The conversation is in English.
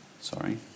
Sorry